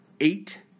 eight